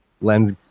lens